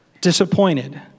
disappointed